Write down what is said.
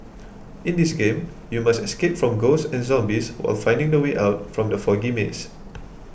in this game you must escape from ghosts and zombies while finding the way out from the foggy maze